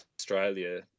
Australia